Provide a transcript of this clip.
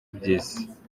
ibyiza